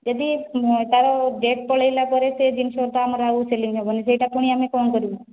ଯଦି ତା'ର ଡେଟ୍ ପଳେଇଲା ପରେ ସେ ଜିନିଷ ତ ଆମର ଆଉ ସେଲିଙ୍ଗ୍ ହେବନି ସେଇଟା ପୁଣି ଆମେ କ'ଣ କରିବୁ